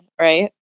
right